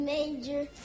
Major